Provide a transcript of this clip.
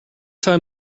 time